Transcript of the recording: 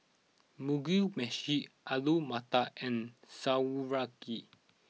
Mugi Meshi Alu Matar and Sauerkraut